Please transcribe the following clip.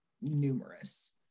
numerous